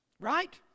right